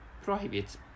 prohibits